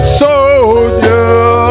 soldier